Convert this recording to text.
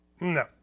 no